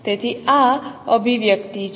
તેથી આ અભિવ્યક્તિ છે